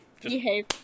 behave